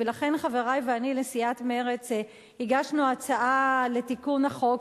ולכן אני וחברי לסיעת מרצ הגשנו הצעה לתיקון החוק,